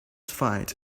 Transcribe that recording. find